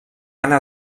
anar